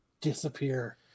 disappear